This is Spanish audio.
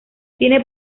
tiene